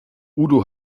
udo